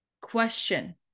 question